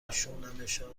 بشنومشان